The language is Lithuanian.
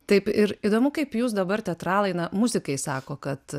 taip ir įdomu kaip jūs dabar teatralai na muzikai sako kad